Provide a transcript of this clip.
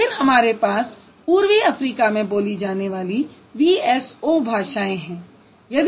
फिर हमारे पास पूर्वी अफ्रीका में बोली जाने वाली VSO भाषाएँ हैं